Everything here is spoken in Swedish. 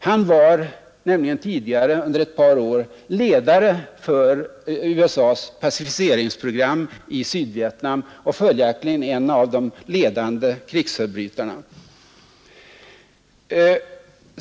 Han var nämligen tidigare under ett par år ledare för USA:s pacificeringsprogram i Sydvietnam och följaktligen en av de ledande krigsförbrytarna.